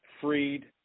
Freed